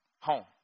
home